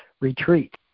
retreat